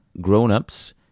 grown-ups